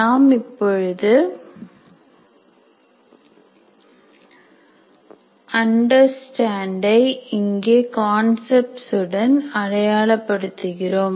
நாம் இப்பொழுது "understand" ஐ இங்கே "concepts" உடன் அடையாள படுத்துகிறோம்